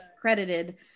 credited